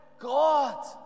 God